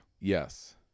Yes